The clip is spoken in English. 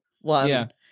one